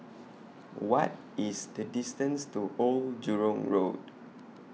What IS The distance to Old Jurong Road